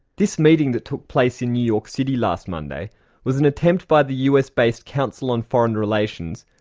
this meeting that took place in new york city last monday was an attempt by the us based council on foreign relations,